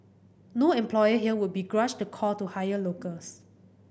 no employer here would begrudge the call to hire locals